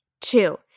Two